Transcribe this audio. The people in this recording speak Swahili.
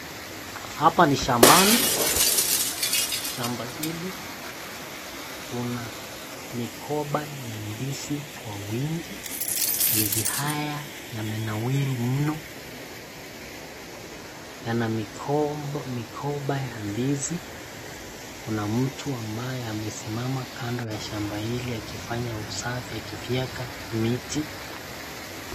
Hapa ni shambani, shamba hili kuna migomba ya ndizi kwa wingi, ndizi haya yamenawiri mno, yana migomba ya ndizi , kuna mtu ambaye amesimama iando ya shamba hili akifanya usafi akifyeka miti.